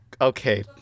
okay